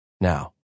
now